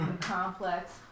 Complex